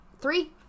Three